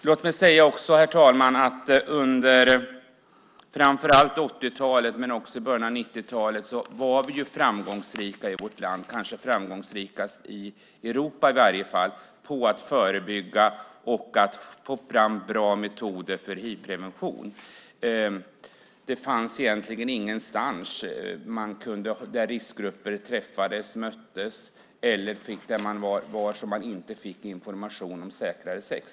Låt mig också säga, herr talman, att vi i vårt land framför allt på 80-talet, men även i början av 90-talet, var framgångsrika, kanske mest framgångsrika i Europa, på att förebygga och få fram bra metoder för hivprevention. Det fanns egentligen ingenstans där riskgrupper träffades, möttes eller umgicks, som man inte fick information om säkrare sex.